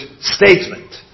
statement